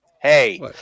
hey